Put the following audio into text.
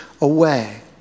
away